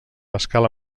escala